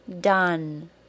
done